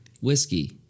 whiskey